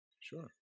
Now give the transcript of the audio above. Sure